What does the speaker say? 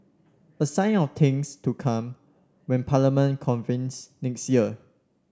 a sign of things to come when Parliament convenes next year